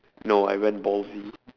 no I went ballsy